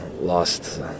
lost